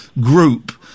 group